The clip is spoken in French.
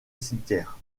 cimetière